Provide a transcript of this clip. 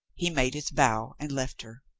he made his bow and left her.